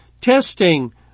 testing